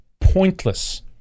pointless